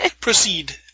Proceed